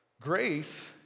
grace